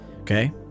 okay